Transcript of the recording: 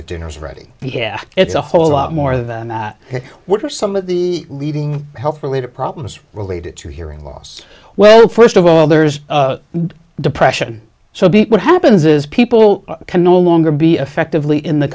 that dinner's ready here it's a whole lot more than that what are some of the leading health related problems related to hearing loss well first of all there's depression so be what happens is people can no longer be effectively in the